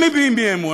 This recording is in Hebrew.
הם מביעים אי-אמון,